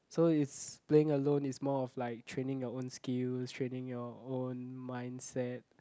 so is playing alone is more of like training your own skills training your own mindset